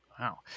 Wow